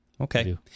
Okay